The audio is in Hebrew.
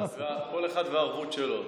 כל אחד והערבות שלו.